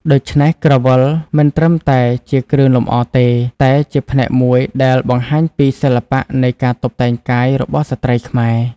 ដូច្នេះ ក្រវិលមិនត្រឹមតែជាគ្រឿងលម្អទេ តែជាផ្នែកមួយដែលបង្ហាញពីសិល្បៈនៃការតុបតែងកាយរបស់ស្ត្រីខ្មែរ។